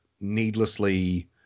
needlessly